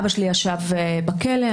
אבא שלי ישב בכלא.